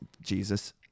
Jesus